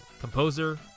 Composer